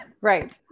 Right